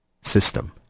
system